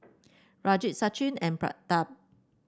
Rajat Sachin and Pratap